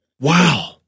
Wow